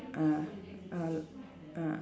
ah ah ah